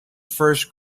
first